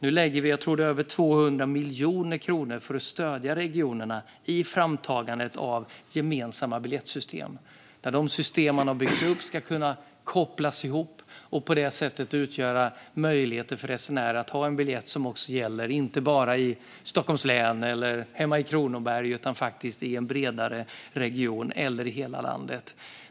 Nu lägger vi över 200 miljoner kronor, tror jag att det är, för att stödja regionerna i framtagandet av gemensamma biljettsystem. De system som har byggts upp ska kunna kopplas ihop för att på det sättet ge resenärerna en möjlighet att ha en biljett som inte bara gäller i Stockholms län eller hemma i Kronoberg utan i fler regioner eller i hela landet.